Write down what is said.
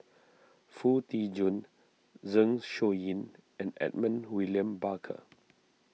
Foo Tee Jun Zeng Shouyin and Edmund William Barker